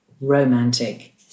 romantic